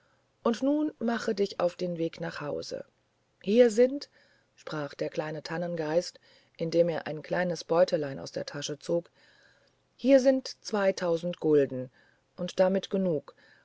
und nun mache dich auf den weg nach hause hier sind sprach der kleine tannengeist indem er ein kleines beutelein aus der tasche zog hier sind zweitausend gulden und damit genug